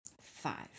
five